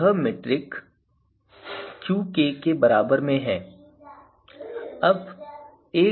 तो यह सब मीट्रिक Qk के बारे में है